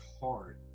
hard